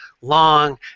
long